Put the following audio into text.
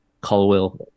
Colwell